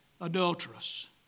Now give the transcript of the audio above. adulterous